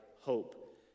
hope